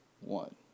one